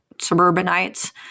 suburbanites